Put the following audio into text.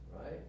Right